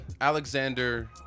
Alexander